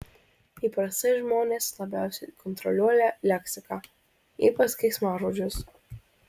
įprastai žmonės labiausiai kontroliuoja leksiką ypač keiksmažodžius